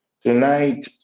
tonight